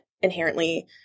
inherently